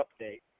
update